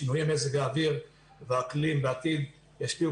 שינויי מזג האוויר והאקלים בעתיד ישפיעו